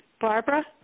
Barbara